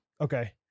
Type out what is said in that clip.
okay